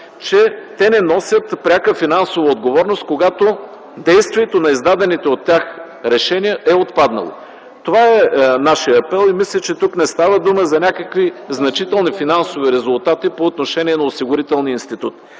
че те не носят пряка финансова отговорност, когато действието на издадените от тях решения е отпаднало. Това е нашият апел и мисля, че тук не става дума за някакви значителни финансови резултати по отношение на Осигурителния институт.